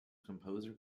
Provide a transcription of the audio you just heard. composer